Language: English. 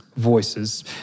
Voices